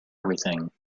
everything